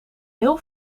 heel